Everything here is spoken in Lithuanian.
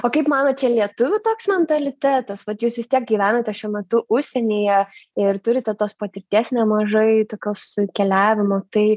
o kaip manot čia lietuvių toks mentalitetas vat jūs vis tiek gyvenate šiuo metu užsienyje ir turite tos patirties nemažai tokios keliavimo tai